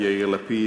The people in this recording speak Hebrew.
יאיר לפיד,